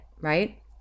right